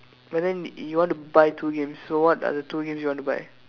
but then you want to buy two games so what are the two games you want to buy